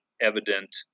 evident